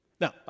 Now